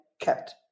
kept